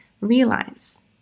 realize